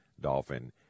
dolphin